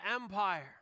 empire